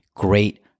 great